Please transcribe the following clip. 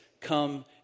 come